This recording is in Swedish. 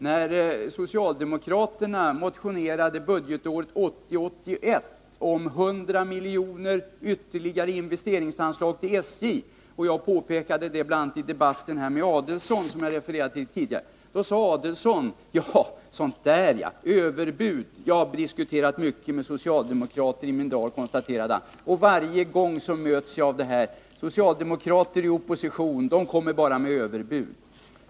När socialdemokraterna budgetåret 1980/81 motionerade om 100 miljoner ytterligare i investeringsanslag till SJ och jag påpekade det i den debatt med Ulf Adelsohn som jag tidigare refererade till, sade Ulf Adelsohn: Överbud! Jag har i mina dagar diskuterat mycket med socialdemokrater, och varje gång möts jag av samma sak. Socialdemokrater i opposition kommer bara med överbud.